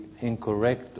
incorrect